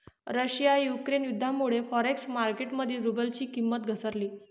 Russia Ukraine युद्धामुळे forex market मध्ये रुबलची किंमत घसरली